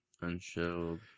Unshelled